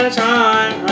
time